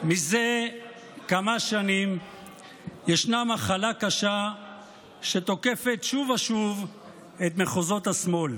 מזה כמה שנים ישנה מחלה קשה שתוקפת שוב ושוב את מחוזות השמאל